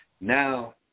Now